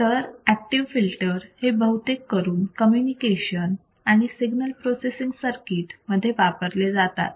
तर active filter हे बहुतेक करून कम्युनिकेशन आणि सिग्नाल प्रोसेसिंग सर्किट मध्ये वापरले जातात